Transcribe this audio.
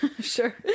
sure